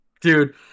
Dude